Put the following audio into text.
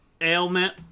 ailment